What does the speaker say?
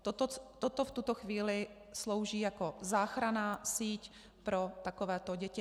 Toto v tuto chvíli slouží jako záchranná síť pro takovéto děti.